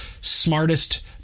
smartest